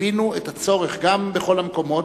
הבין את הצורך, גם בכל המקומות,